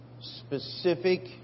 specific